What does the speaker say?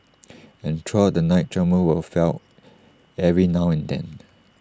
and throughout the night tremors were felt every now and then